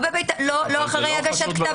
לא אחרי הגשת כתב אישום.